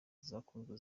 zakunzwe